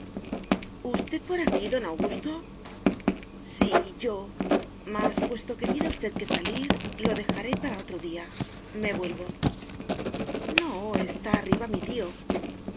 entrar usted por aquí don augusto sí yo mas puesto que tiene usted que salir lo dejaré para otro día me vuelvo no está arriba mi tío